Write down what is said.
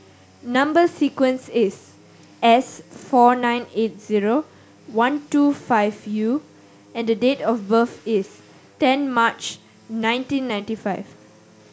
number sequence is S four nine eight zero one two five U and date of birth is ten March nineteen ninety five